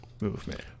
movement